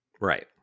Right